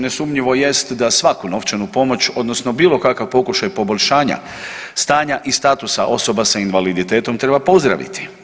Nesumnjivo jest da svaku novčanu pomoć, odnosno bilo kakav pokušaj poboljšanja stanja i statusa osoba sa invaliditetom treba pozdraviti.